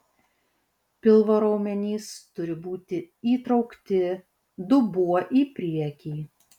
pilvo raumenys turi būti įtraukti dubuo į priekį